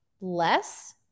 less